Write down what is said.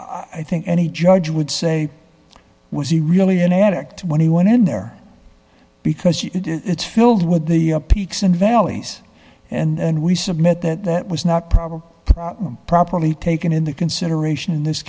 i think any judge would say was he really an addict when he went in there because he did it's filled with the peaks and valleys and we submit that that was not problem problem properly taken into consideration in this